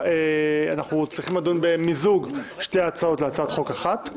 אנחנו צריכים לדון במיזוג שתי ההצעות להצעת חוק אחת.